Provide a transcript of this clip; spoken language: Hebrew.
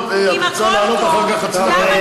את רוצה לעלות אחר כך חצי דקה,